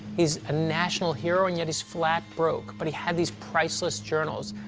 he's a national hero and yet he's flat broke. but he had these priceless journals.